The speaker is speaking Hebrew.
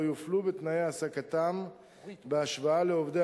לא יופלו בתנאי העסקתם בהשוואה לעובדי